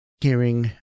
hearing